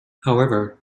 however